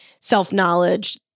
self-knowledge